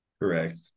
Correct